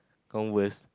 converse